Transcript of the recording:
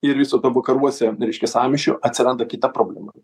ir viso to vakaruose reiškia sąmyšio atsiranda kita problema